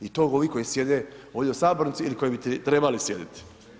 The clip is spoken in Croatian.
I to ovi koji sjede ovdje u Sabornici, ili koji bi trebali sjediti.